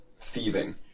thieving